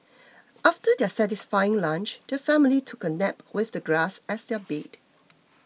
after their satisfying lunch the family took a nap with the grass as their bed